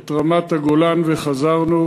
את רמת-הגולן וחזרנו,